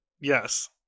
Yes